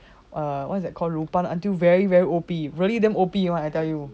err what's that called luban until very very O_P really damn O_P [one] I tell you